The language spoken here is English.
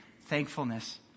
thankfulness